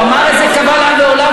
הוא אמר את זה קבל עם ועולם.